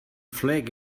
flag